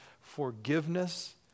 forgiveness